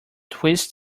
twist